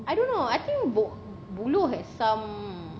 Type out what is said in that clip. I don't know I think bu~ buluh has some